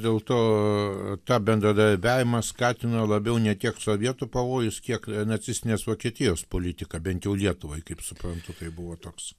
dėl to tą bendradarbiavimą skatino labiau ne tiek sovietų pavojus kiek nacistinės vokietijos politika bent jau lietuvai kaip suprantu tai buvo toks